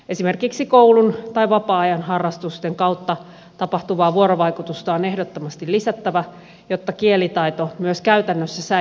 esimerkiksi koulun tai vapaa ajan harrastusten kautta tapahtuvaa vuorovaikutusta on ehdottomasti lisättävä jotta kielitaito myös käytännössä säilyy ja kehittyy